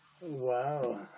Wow